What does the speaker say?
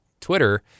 Twitter